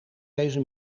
deze